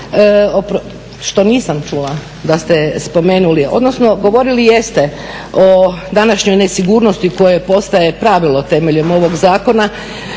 što nisam čula da ste spomenuli, odnosno govorili jeste o današnjoj nesigurnosti koja postaje pravilo temeljem ovog zakona,